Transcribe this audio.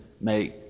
make